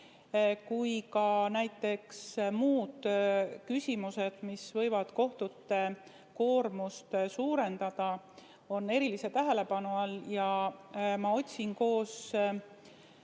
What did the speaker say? kui ka näiteks muud küsimused, mis võivad kohtute koormust suurendada, on erilise tähelepanu all. Ma otsin koos